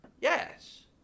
Yes